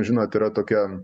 žinot yra tokia